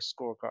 scorecard